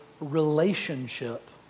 relationship